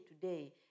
today